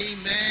Amen